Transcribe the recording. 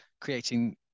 creating